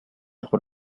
por